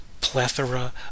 plethora